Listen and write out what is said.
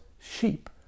sheep